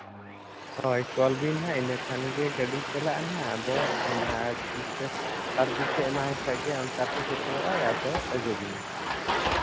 ᱦᱳᱭ ᱠᱚᱞ ᱵᱤᱱ ᱦᱟᱸᱜ ᱤᱱᱟᱹᱠᱷᱟᱱ ᱜᱮ ᱜᱟᱹᱰᱤ ᱪᱟᱞᱟᱜᱼᱟ ᱦᱟᱸᱜ ᱟᱫᱚ ᱚᱱᱟ ᱫᱤᱥᱟᱹ ᱦᱚᱨ ᱫᱤᱥᱟᱹ ᱮᱢᱟᱣᱟᱭ ᱠᱷᱟᱡ ᱜᱮ ᱚᱱᱟᱛᱮ ᱥᱮᱴᱮᱨᱚᱜ ᱟᱭ ᱟᱫᱚᱭ ᱟᱹᱜᱩ ᱵᱮᱱᱟ